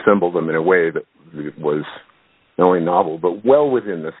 assemble them in a way that was only novel but well within the